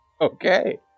Okay